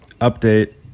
update